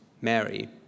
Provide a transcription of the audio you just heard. Mary